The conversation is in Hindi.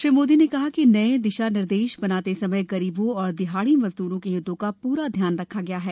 श्री मोदी ने कहा कि नये दिशा निर्देश बनाते समय गरीबों और दिहाड़ी मजदूरों के हितों का पूरा ध्यान रखा गया है